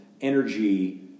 energy